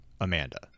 Amanda